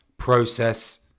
Process